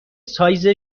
سایز